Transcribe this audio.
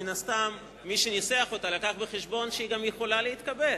מן הסתם מי שניסח אותה הביא בחשבון שהיא גם יכולה להתקבל.